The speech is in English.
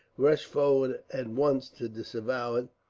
rushed forward at once to disavow it